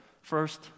first